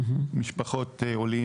משפחות עולים,